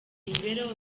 imibereho